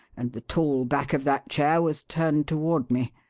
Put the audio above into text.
and the tall back of that chair was turned toward me.